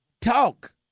talk